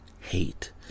hate